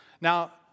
Now